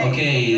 Okay